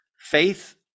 Faith